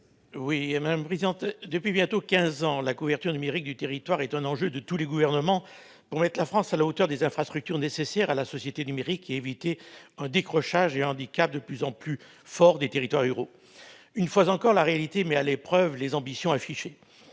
territoriales. Depuis bientôt quinze ans, la couverture numérique du territoire est un enjeu de tous les gouvernements pour mettre la France à la hauteur des infrastructures nécessaires à la société numérique et éviter un décrochage et un handicap de plus en plus fort des territoires ruraux. Une fois encore, la réalité met à l'épreuve les ambitions affichées